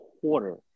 quarter